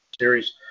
Series